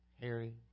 Harry